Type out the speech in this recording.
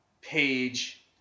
page